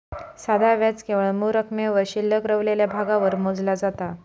साधा व्याज केवळ मूळ रकमेवर शिल्लक रवलेल्या भागावर मोजला जाता